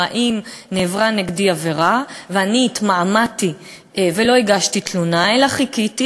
אם נעברה נגדי עבירה ואני התמהמהתי ולא הגשתי תלונה אלא חיכיתי,